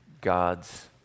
God's